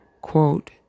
Quote